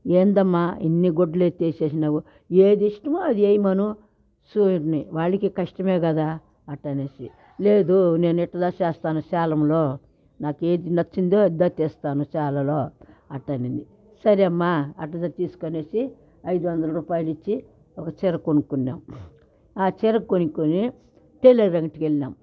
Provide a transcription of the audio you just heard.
ఏందమ్మా ఇన్ని గుడ్డలు ఎత్తేసి వేసినావు ఏది ఇష్టమో అది వేయమను చూడని వాళ్ళకి కష్టమే కదా అట్టనేసి లేదు నేను ఇట్టద చేస్తాను సేలంలో నాకి ఏది నచ్చిందో అది దా తీస్తాను సేలంలో అట్టనింది సరెమ్మా అట్టద తీసుకో అని ఐదు వందల రూపాయలు ఇచ్చి ఒక చీర కొనుక్కున్నాం ఆ చీర కొనికోని టైలర్ అంగడికి వెళ్ళిన్నాం